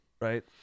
right